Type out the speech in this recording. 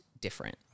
different